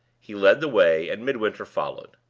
he led the way, and midwinter followed.